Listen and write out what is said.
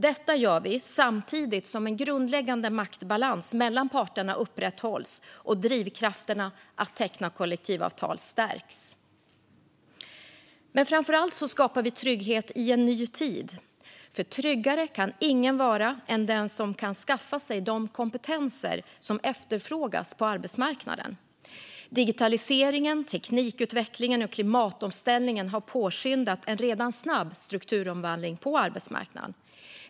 Detta gör vi samtidigt som en grundläggande maktbalans mellan parterna upprätthålls och drivkrafterna att teckna kollektivavtal stärks. Framför allt skapar vi dock trygghet i en ny tid, för tryggare kan ingen vara än den som kan skaffa sig de kompetenser som efterfrågas på arbetsmarknaden. Digitaliseringen, teknikutvecklingen och klimatomställningen har påskyndat en redan snabb strukturomvandling på arbetsmarknaden.